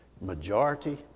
Majority